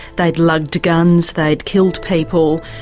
they'd lugged guns, they'd killed people.